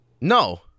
No